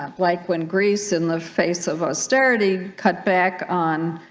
ah like when grease in the face of austerity cut back on